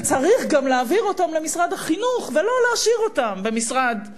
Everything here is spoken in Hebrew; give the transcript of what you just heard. שצריך להעביר אותם למשרד החינוך ולא להשאיר אותם במשרד התמ"ת,